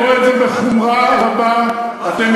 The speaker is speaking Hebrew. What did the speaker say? אני רואה את זה בחומרה רבה, איך